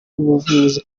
ubuvuzi